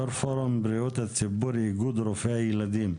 יו"ר פורום בריאות הציבור, איגוד רופאי הילדים.